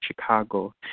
Chicago